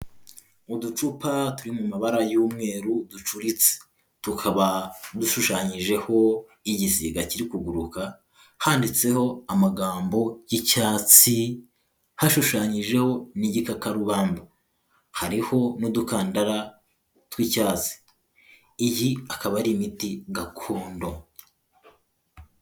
Uducupa turi mu mabara y'umweru ducuritse tukaba dushushanyijeho igisiga kiri kuguruka, handitseho amagambo y'icyatsi, hashushanyijeho n'igikakarubamba hariho n'udukandara tw'icyatsi, iyi akaba ari imiti gakondo.